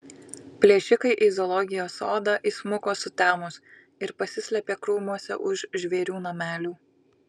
plėšikai į zoologijos sodą įsmuko sutemus ir pasislėpė krūmuose už žvėrių namelių